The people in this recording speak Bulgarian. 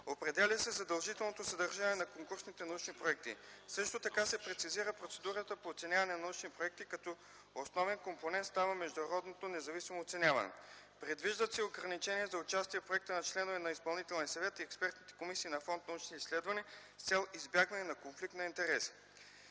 Определя се задължителното съдържание на конкурсните научни проекти. Също така се прецизира процедурата по оценяване на научните проекти, като основен компонент става международното независимо оценяване. Предвиждат се ограничения за участие в проекти на членове на Изпълнителния съвет и експертните комисии на фонд „Научни изследвания” с цел избягване конфликт на интереси.